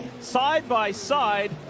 side-by-side